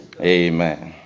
Amen